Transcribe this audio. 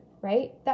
right